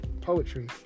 poetry